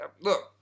look